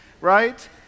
right